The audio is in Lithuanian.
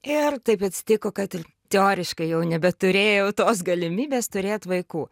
ir taip atsitiko kad ir teoriškai jau nebeturėjau tos galimybės turėt vaikų